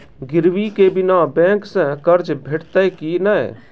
गिरवी के बिना बैंक सऽ कर्ज भेटतै की नै?